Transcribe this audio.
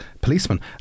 policemen